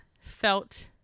felt